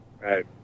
Right